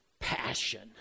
passion